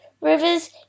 rivers